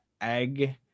egg